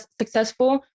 successful